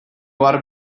ohar